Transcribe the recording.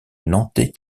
nantais